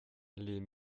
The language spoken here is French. les